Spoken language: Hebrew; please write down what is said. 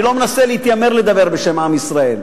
אני לא מנסה להתיימר לדבר בשם עם ישראל,